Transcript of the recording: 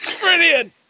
Brilliant